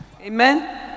Amen